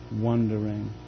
wondering